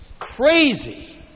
Crazy